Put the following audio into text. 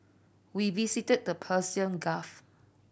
we visited the Persian Gulf